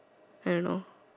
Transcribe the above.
I don't know